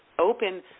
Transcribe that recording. open